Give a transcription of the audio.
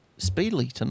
Speedily